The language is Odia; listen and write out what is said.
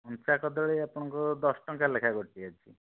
କଞ୍ଚା କଦଳୀ ଆପଣଙ୍କର ଦଶ ଟଙ୍କା ଲେଖାଏଁ ଗୋଟି ଅଛି